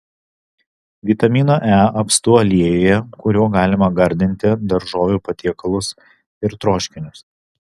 vitamino e apstu aliejuje kuriuo galima gardinti daržovių patiekalus ir troškinius